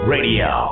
Radio